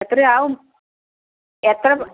എത്രയാകും എത്ര